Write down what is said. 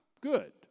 Good